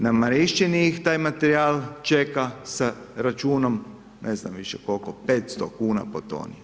Na Marišćini ih taj materijal čeka sa računom, ne znam više koliko, 500 kuna po toni.